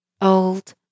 Old